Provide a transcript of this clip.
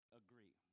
agree